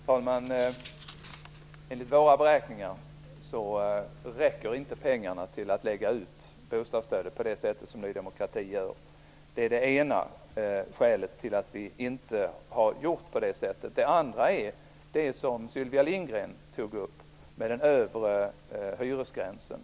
Herr talman! Enligt våra beräkningar räcker inte pengarna till att fördela bostadsstödet på det sätt som Ny demokrati vill göra. Det är det ena skälet till att vi inte har gjort på det sättet. Det andra skälet är det som Sylvia Lindgren tog upp, nämligen den övre hyresgränsen.